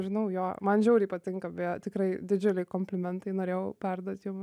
žinau jo man žiauriai patinka beje tikrai didžiuliai komplimentai norėjau perduoti jum vat